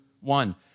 one